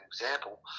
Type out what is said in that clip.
example